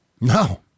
No